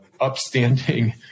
upstanding